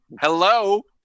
Hello